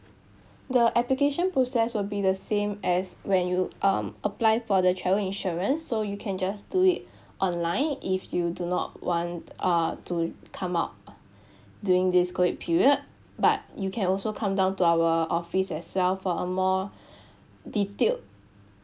the application process will be the same as when you um apply for the travel insurance so you can just do it online if you do not want uh to come out during this COVID period but you can also come down to our office as well for a more detailed